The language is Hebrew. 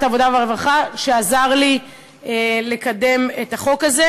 העבודה והרווחה שעזר לי לקדם את החוק הזה.